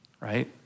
right